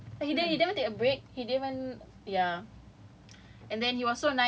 ya two and half hours straight he was talking and he don't even take a break he given ya